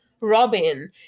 Robin